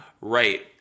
Right